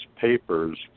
Papers